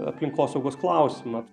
aplinkosaugos klausimą